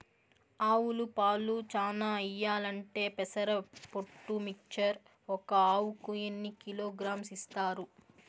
ఆవులు పాలు చానా ఇయ్యాలంటే పెసర పొట్టు మిక్చర్ ఒక ఆవుకు ఎన్ని కిలోగ్రామ్స్ ఇస్తారు?